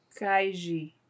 Kaiji